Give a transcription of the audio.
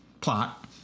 plot